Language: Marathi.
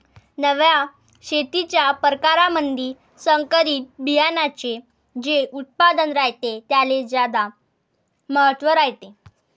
नव्या शेतीच्या परकारामंधी संकरित बियान्याचे जे उत्पादन रायते त्याले ज्यादा महत्त्व रायते